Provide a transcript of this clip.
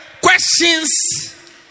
questions